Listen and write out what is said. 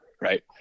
right